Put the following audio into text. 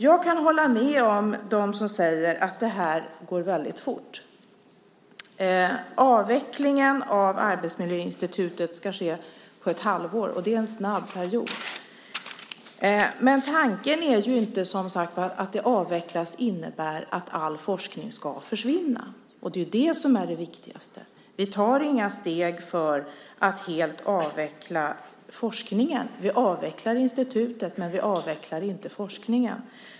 Jag kan hålla med dem som säger att det går fort. Avvecklingen av Arbetsmiljöinstitutet ska ske på ett halvår. Det är en kort period. Men tanken är inte att all forskning ska försvinna i och med att Arbetslivsinstitutet avvecklas. Det är det som är det viktigaste. Vi tar inga steg för att helt avveckla forskningen. Vi avvecklar institutet, men vi avvecklar inte forskningen.